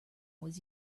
was